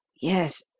yes.